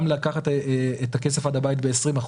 אפשרנו לקחת את הכסף עד הבית ב-20%.